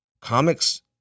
comics